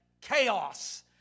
chaos